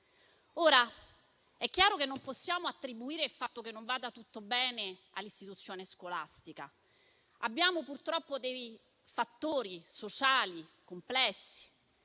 Ora, è chiaro che non possiamo attribuire il fatto che non vada tutto bene all'istituzione scolastica; abbiamo purtroppo fattori sociali complessi,